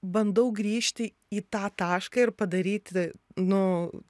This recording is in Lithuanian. bandau grįžti į tą tašką ir padaryti nu